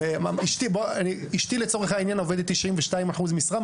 אשתי לצורך העניין עובדת תשעים ושתיים אחוז משרה,